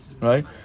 right